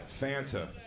Fanta